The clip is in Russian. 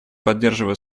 поддерживаю